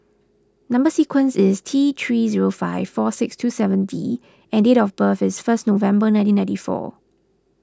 Number Sequence is T three zero five four six two seven D and date of birth is first November nineteen ninety four